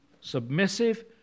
submissive